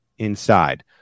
Inside